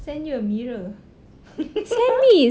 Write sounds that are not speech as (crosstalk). send you a mirror (noise)